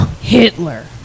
Hitler